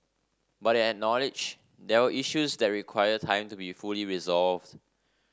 but he acknowledge there were issues that require time to be fully resolved